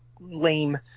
lame